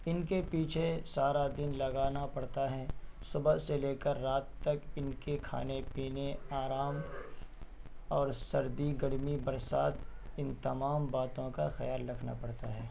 ان کے پیچھے سارا دن لگانا پڑتا ہے صبح سے لے کر رات تک ان کے کھانے پینے آرام اور سردی گرمی برسات ان تمام باتوں کا خیال رکھنا پڑتا ہے